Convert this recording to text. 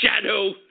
Shadow